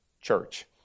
church